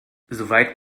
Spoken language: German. soweit